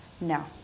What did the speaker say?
No